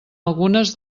algunes